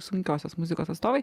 sunkiosios muzikos atstovai